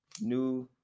new